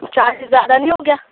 چالیس زیادہ نہیں ہوگیا